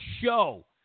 show